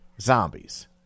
zombies